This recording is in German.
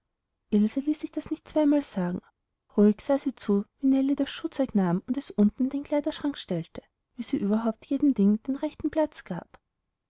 ließ sich das nicht zweimal sagen ruhig sah sie zu wie nellie das schuhzeug nahm und es unten in den kleiderschrank stellte wie sie überhaupt jedem dinge den rechten platz gab